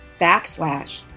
backslash